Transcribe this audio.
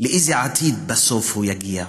לאיזה עתיד בסוף הוא יגיע.